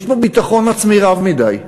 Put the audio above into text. יש פה ביטחון עצמי רב מדי,